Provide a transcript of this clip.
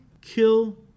kill